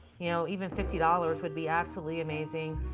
you know, even fifty dollars would be absolutely amazing.